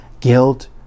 guilt